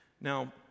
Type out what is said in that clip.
now